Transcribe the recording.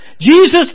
Jesus